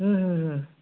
হুঁ হুঁ হুঁ